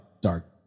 dark